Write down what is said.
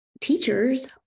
teachers